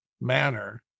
manner